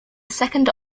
second